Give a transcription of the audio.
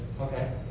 Okay